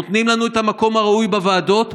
נותנים לנו את המקום הראוי בוועדות,